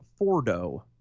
Fordo